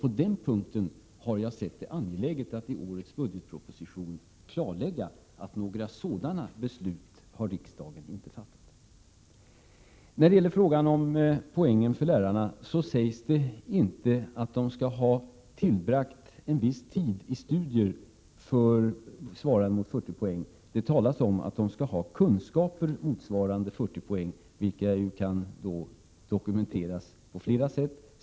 På den punkten har jag sett det som angeläget att i årets budgetproposition klarlägga att riksdagen inte har fattat några sådana beslut. När det gäller poängen för lärarna, sägs det inte att man skall ha tillbringat en viss tid med studier som svarar mot 40 poäng. Det talas om att man skall ha kunskaper motsvarande 40 poäng. Det kan dokumenteras på flera sätt.